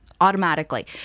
Automatically